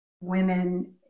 women